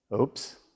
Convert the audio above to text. Oops